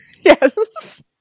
Yes